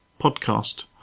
podcast